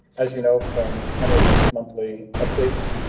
as you know from henrys monthly updates,